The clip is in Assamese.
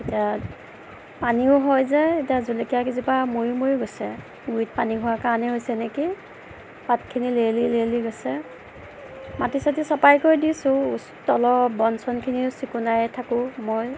এতিয়া পানীও হৈ যায় এতিয়া জলকীয়া কেইজোপা মৰি মৰি গৈছে গুৰিত পানী হোৱাৰ কাৰণে হৈছে নেকি পাতখিনি লেৰেলি লেৰেলি গৈছে মাটি চাটি চপাই কৰি দিছোঁ তলৰ বন চনখিনি চিকুণাই থাকোঁ মই